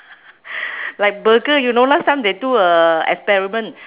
like burger you know last time they do a experiment